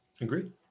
Agreed